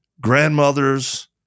grandmothers